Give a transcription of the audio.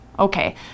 Okay